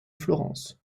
florence